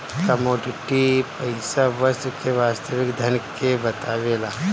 commodity पईसा वस्तु के वास्तविक धन के बतावेला